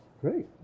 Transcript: Great